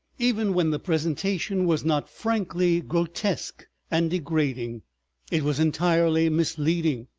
even when the presentation was not frankly grotesque and degrading it was entirely misleading.